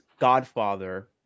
Godfather